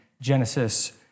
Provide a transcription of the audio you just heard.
Genesis